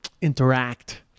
interact